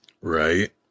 Right